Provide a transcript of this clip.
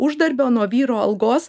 uždarbio nuo vyro algos